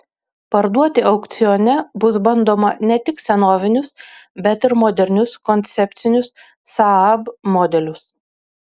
parduoti aukcione bus bandoma ne tik senovinius bet ir modernius koncepcinius saab modelius